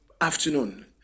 afternoon